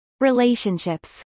Relationships